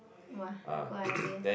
!wah! good idea